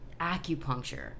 acupuncture